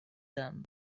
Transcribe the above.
them